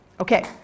Okay